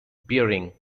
bearing